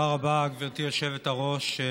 תודה רבה, גברתי היושבת-ראש.